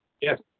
Yes